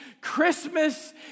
Christmas